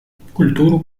культуру